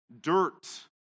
dirt